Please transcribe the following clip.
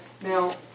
Now